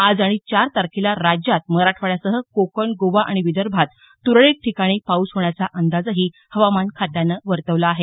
आज आणि चार तारखेला राज्यात मराठवाड्यासह कोकण गोवा आणि विदर्भात तुरळक ठिकाणी पाऊस होण्याचा अंदाजही हवामान खात्यानं वर्तवला आहे